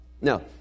Now